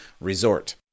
resort